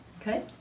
Okay